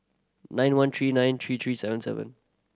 nine one three nine three three seven seven